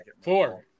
Four